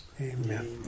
Amen